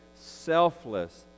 selfless